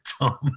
Tom